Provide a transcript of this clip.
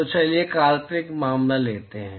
तो चलिए एक काल्पनिक मामला लेते हैं